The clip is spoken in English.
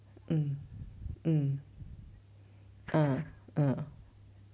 mm mm mm mm